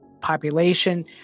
population